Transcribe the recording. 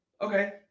okay